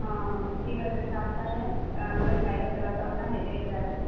ও ঠিক আছে সাবধানে নাহলে সাইকেল চালাতে হবে না হেঁটে হেঁটে আসিস